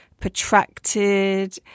protracted